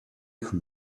from